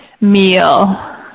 meal